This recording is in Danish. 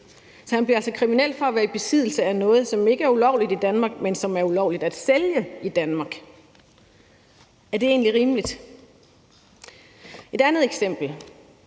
Så han bliver altså kriminel af at være i besiddelse af noget, som ikke er ulovligt i Danmark, men som er ulovligt at sælge i Danmark. Er det egentlig rimeligt? Et andet eksempel